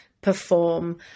perform